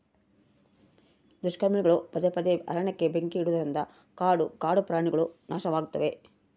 ದುಷ್ಕರ್ಮಿಗಳು ಪದೇ ಪದೇ ಅರಣ್ಯಕ್ಕೆ ಬೆಂಕಿ ಇಡುವುದರಿಂದ ಕಾಡು ಕಾಡುಪ್ರಾಣಿಗುಳು ನಾಶವಾಗ್ತಿವೆ